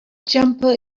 jumper